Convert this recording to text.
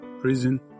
prison